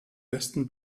besten